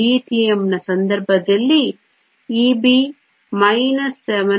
ಲಿಥಿಯಂನ ಸಂದರ್ಭದಲ್ಲಿ EB 7